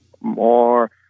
more